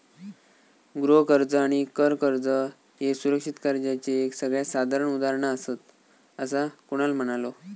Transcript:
गृह कर्ज आणि कर कर्ज ह्ये सुरक्षित कर्जाचे सगळ्यात साधारण उदाहरणा आसात, असा कुणाल म्हणालो